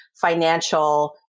financial